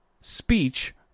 speech